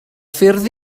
ffyrdd